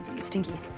stinky